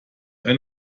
ein